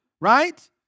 Right